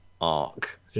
arc